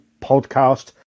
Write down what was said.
podcast